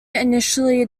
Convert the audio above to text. initially